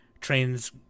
trains